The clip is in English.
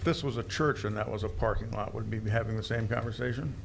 this was a church and that was a parking lot would be having the same conversation